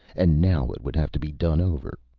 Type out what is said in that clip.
and now it would have to be done over.